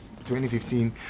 2015